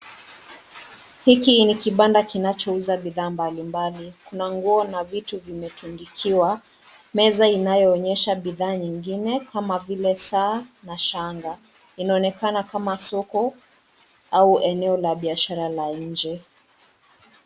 Hiki ni kibanda kinachouza bidhaa mbalimbali kuna nguo na vitu vimetundukiwa, meza inayoonyesha bidhaa nyingine kama vile saa na shanga, inaonekana kama soko au eneo la biashara la nje.